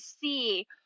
see